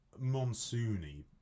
monsoony